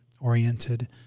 oriented